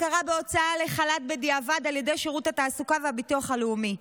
הכרה בהוצאה לחל"ת בדיעבד על ידי שירות התעסוקה והביטוח הלאומי.